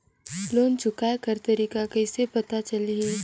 Loan चुकाय कर तारीक कइसे पता चलही?